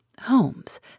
Holmes